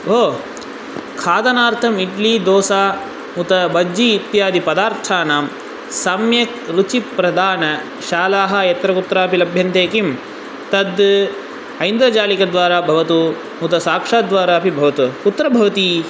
भोः खादनार्थम् इड्लि दोसा उत बज्जी इत्यादि पदार्थानां सम्यक् रुचिप्रदानशालाः यत्रकुत्रापि लभ्यन्ते किं तद् ऐन्द्रजालिकाद्वारा भवतु उत साक्षात् द्वारा अपि भवतु कुत्र भवति